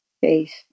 face